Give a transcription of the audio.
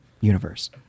universe